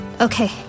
Okay